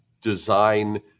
design